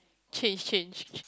change change